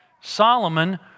Solomon